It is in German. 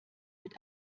mit